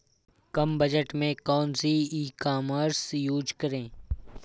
कम budget में कौन सी ई कॉमर्स यूज़ करें?